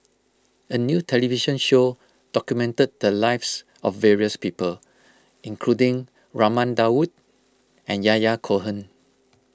a new television show documented the lives of various people including Raman Daud and Yahya Cohen